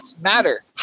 matter